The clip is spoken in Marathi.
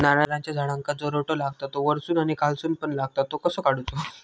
नारळाच्या झाडांका जो रोटो लागता तो वर्सून आणि खालसून पण लागता तो कसो काडूचो?